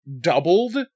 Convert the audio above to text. doubled